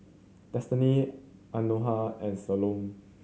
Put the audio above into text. Destiny Anona and Solon